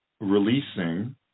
releasing